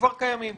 שכבר קיימים.